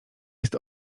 jest